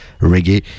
reggae